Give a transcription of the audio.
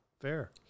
fair